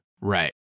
right